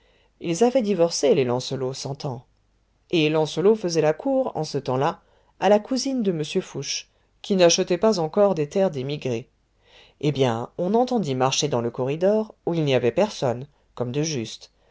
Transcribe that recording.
ils avaient divorcé les lancelot s'entend et lancelot faisait la cour en ce temps-là à la cousine de m fouché qui n'achetait pas encore des terres d'émigré eh bien on entendit marcher dans le corridor où il n'y avait personne comme de juste